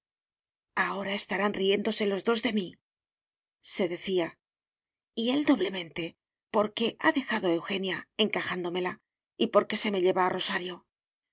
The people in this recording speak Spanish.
ahora estarán riéndose los dos de míse decía y él doblemente porque ha dejado a eugenia encajándomela y porque se me lleva a rosario